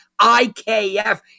IKF